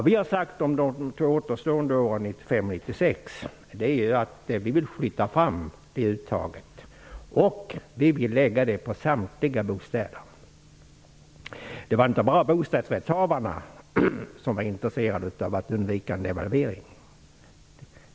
Vi har sagt att vi vill flytta fram uttaget för de två återstående åren, 1995 och 1996, och vi vill lägga ut det på samtliga bostäder. Det var inte bara bostadsrättshavarna som var intresserade av att undvika en devalvering.